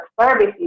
services